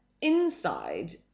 inside